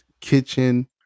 kitchen